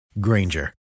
Granger